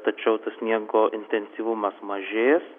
tačiau tas sniego intensyvumas mažės